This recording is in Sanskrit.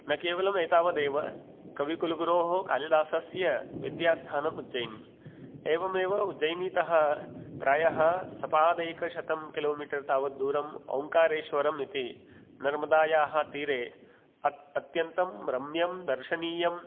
न केवलम् एतावदेव कविकुलगुरोः कालिदासस्य विद्यास्थानम् उज्जयिनी एवमेव उज्जयिनीतः प्रायः सपाद एकशतं किलोमीटर् तावत् दूरम् ओङ्कारेश्वरं इति नर्मदायाः तीरे अत् अत्यन्तं रम्यं दर्शनीयं